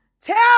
Tell